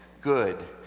good